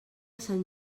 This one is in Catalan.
sant